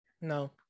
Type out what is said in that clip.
no